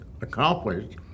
accomplished